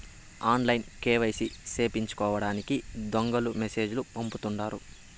ఆన్లైన్లో కేవైసీ సేపిచ్చుకోండని దొంగలు మెసేజ్ లు పంపుతుంటారు